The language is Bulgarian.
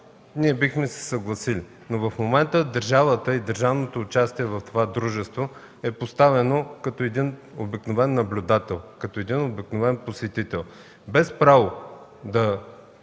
ние бихме се съгласили. В момента държавата и държавното участие в това дружество е поставено като един обикновен наблюдател, като един обикновен посетител